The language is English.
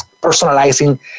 personalizing